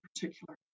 particular